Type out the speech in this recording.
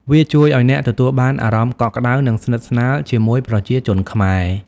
វាជួយឲ្យអ្នកទទួលបាន អារម្មណ៍កក់ក្តៅ និងស្និទ្ធស្នាល ជាមួយប្រជាជនខ្មែរ។